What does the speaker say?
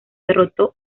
derrotó